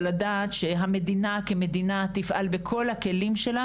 ולדעת שהמדינה כמדינה תפעל בכל הכלים שלה